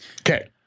Okay